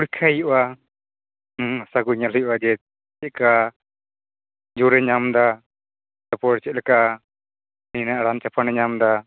ᱯᱚᱨᱤᱠᱷᱟ ᱦᱩᱭᱩᱜᱼᱟ ᱦᱩᱢ ᱦᱟᱥᱟᱠᱚ ᱧᱮᱞ ᱦᱩᱭᱩᱜᱼᱟ ᱡᱮ ᱪᱮᱫᱠᱟ ᱡᱳᱨᱮ ᱧᱮᱢᱫᱟ ᱛᱟᱯᱚᱨ ᱪᱮᱫᱞᱮᱠᱟ ᱤᱱᱟᱹ ᱨᱟᱱ ᱪᱟᱯᱟᱱᱮ ᱧᱟᱢᱫᱟ